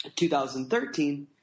2013